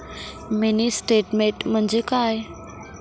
Mini statement म्हणजे काय?